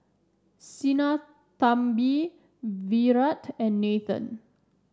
Sinnathamby Virat and Nathan